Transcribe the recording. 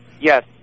Yes